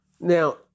Now